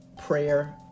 prayer